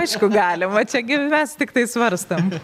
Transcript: aišku galima čia gi mes tiktai svarstom